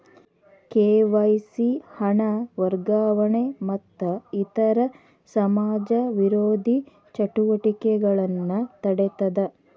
KYC ಹಣ ವರ್ಗಾವಣೆ ಮತ್ತ ಇತರ ಸಮಾಜ ವಿರೋಧಿ ಚಟುವಟಿಕೆಗಳನ್ನ ತಡೇತದ